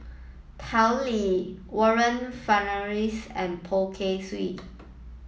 Tao Li Warren Fernandez and Poh Kay Swee